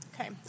Okay